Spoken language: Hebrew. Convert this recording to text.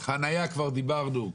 חניה כבר דיברנו,